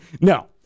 no